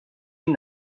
این